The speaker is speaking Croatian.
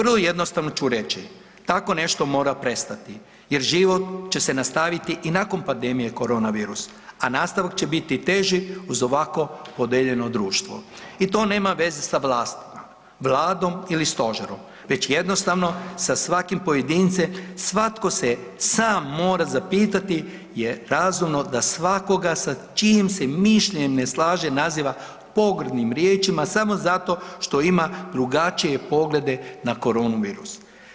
Prvo i jednostavno ću reći, tako nešto mora prestati jer život će se nastaviti i nakon pandemije korona virusa, a nastavak će biti teži uz ovako podijeljeno društvo i to nema veze sa vlastima, vladom ili stožerom već jednostavno sa svakim pojedincem, svatko se sam mora zapitati jel razumno da svakoga sa čijim se mišljenjem ne slaže naziva pogrdnim riječima samo zato što ima drugačije poglede na korona virus.